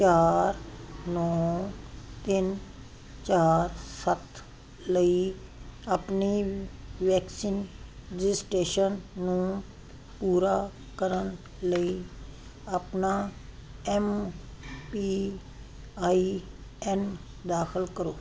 ਚਾਰ ਨੌ ਤਿੰਨ ਚਾਰ ਸੱਤ ਲਈ ਆਪਣੀ ਵੈਕਸੀਨ ਰਜਿਸਟ੍ਰੇਸ਼ਨ ਨੂੰ ਪੂਰਾ ਕਰਨ ਲਈ ਆਪਣਾ ਐਮ ਪੀ ਆਈ ਐਨ ਦਾਖਲ ਕਰੋ